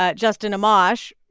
ah justin amash,